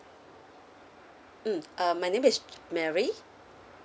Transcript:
mm uh my name is mary